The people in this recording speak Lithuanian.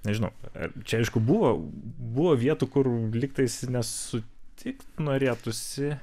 nežinau ar čia aišku buvo buvo vietų kur lygtai nesutikt norėtųsi